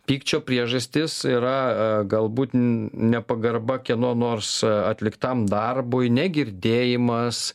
pykčio priežastis yra galbūt nepagarba kieno nors atliktam darbui negirdėjimas